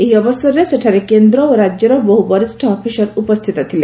ଏହି ଅବସରରେ ସେଠାରେ କେନ୍ଦ୍ର ଓ ରାଜ୍ୟର ବହୁ ବରିଷ୍ଣ ଅଫିସର ଉପସ୍ଥିତ ଥିଲେ